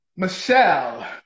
Michelle